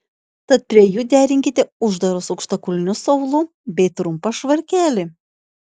tad prie jų derinkite uždarus aukštakulnius su aulu bei trumpą švarkelį